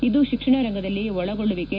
ಇದು ಶಿಕ್ಷಣ ರಂಗದಲ್ಲಿ ಒಳಗೊಳ್ಳುವಿಕೆ